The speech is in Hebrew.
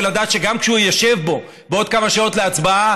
ולדעת שגם כשהוא ישב בו בעוד כמה שעות להצבעה,